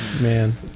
man